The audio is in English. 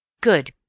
Good